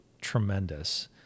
tremendous